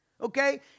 okay